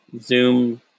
Zoom